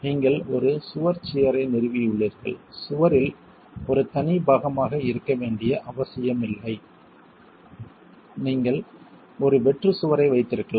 நீங்கள் ஒரு சுவர் சியர் ஐ நிறுவியுள்ளீர்கள் சுவரில் ஒரு தனி பாகமாக இருக்க வேண்டிய அவசியமில்லை நீங்கள் ஒரு வெற்று சுவரை வைத்திருக்கலாம்